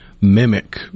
mimic